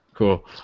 Cool